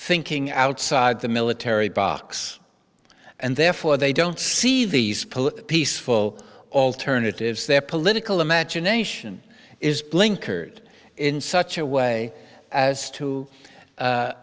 thinking outside the military box and therefore they don't see these police full alternatives their political imagination is blinkered in such a way as to